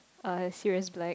uh Sirius-Black